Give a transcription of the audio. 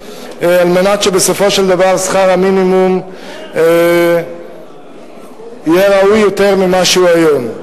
על מנת שבסופו של דבר שכר המינימום יהיה ראוי יותר ממה שהוא היום.